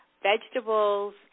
vegetables